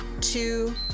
two